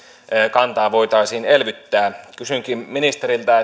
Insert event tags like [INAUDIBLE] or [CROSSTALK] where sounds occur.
kantaa voitaisiin elvyttää kysynkin ministeriltä [UNINTELLIGIBLE]